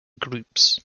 groups